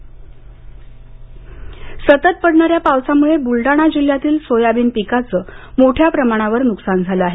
soybean सतत पडणाऱ्या पावसामुळे बुलडाणा जिल्ह्यातील सोयाबीन पिकांचं मोठ्या प्रमाणावर नुकसान झालं आहे